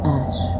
ash